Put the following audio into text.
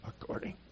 according